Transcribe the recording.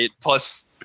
Plus